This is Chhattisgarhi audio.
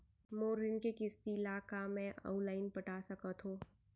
मोर ऋण के किसती ला का मैं अऊ लाइन पटा सकत हव?